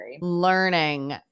learning